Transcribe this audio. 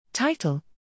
Title